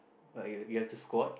but you have you have to squad